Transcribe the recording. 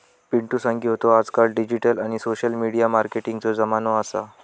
पिंटु सांगी होतो आजकाल डिजिटल आणि सोशल मिडिया मार्केटिंगचो जमानो असा